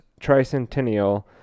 tricentennial